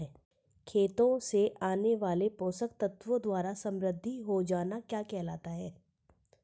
खेतों से आने वाले पोषक तत्वों द्वारा समृद्धि हो जाना क्या कहलाता है?